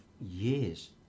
years